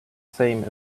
same